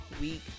week